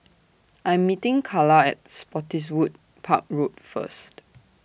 I Am meeting Kala At Spottiswoode Park Road First